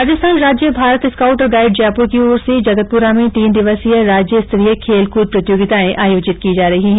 राजस्थान राज्य भारत स्काउट और गाइड जयपुर की ओर से जगतपुरा में तीन दिवसीय राज्य स्तरीय खेलकूद प्रतियोगिताऐं आयोजित की जा रही हैं